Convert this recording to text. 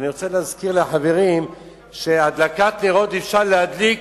אני רוצה להזכיר לחברים שאפשר להדליק